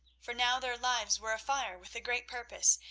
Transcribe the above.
for now their lives were afire with a great purpose,